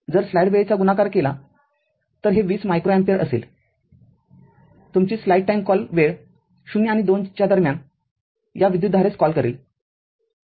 जर स्लाईड वेळेचा गुणाकार केला तर हे २० मायक्रो एम्पीयर असेल तुमची स्लाईड वेळ ० आणि २ च्या दरम्यान या विद्युतधारेस कॉल करेल